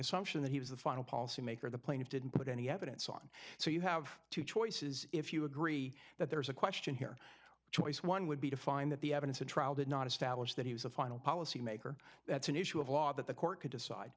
assumption that he was the final policy maker the plaintiff didn't put any evidence on so you have two choices if you agree that there is a question here choice one would be to find that the evidence a trial did not establish that he was the final policy maker that's an issue of law that the court could decide